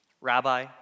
Rabbi